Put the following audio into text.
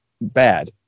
bad